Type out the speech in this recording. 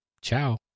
Ciao